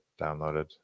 downloaded